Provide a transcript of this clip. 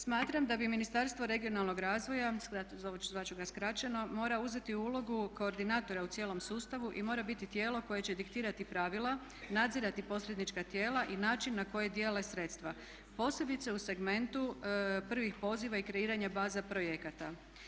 Smatram da Ministarstvo regionalnog razvoja, zvati ću ga skraćeno morao uzeti ulogu koordinatora u cijelom sustavu i mora biti tijelo koje će diktirati pravila, nadzirati posrednička tijela i način na koji dijele sredstva posebice u segmentu prvih poziva i kreiranja baza projekata.